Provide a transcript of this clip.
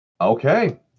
Okay